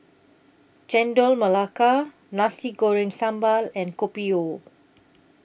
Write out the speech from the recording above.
Chendol Melaka Nasi Goreng Sambal and Kopi O